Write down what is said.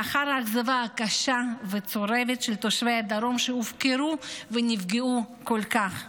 לאחר האכזבה הקשה והצורבת של תושבי הדרום שהופקרו ונפגעו כל כך קשה.